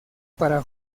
para